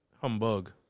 Humbug